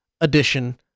edition